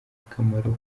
akamaro